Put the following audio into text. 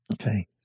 Okay